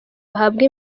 bahabwa